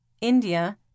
India